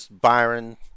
Byron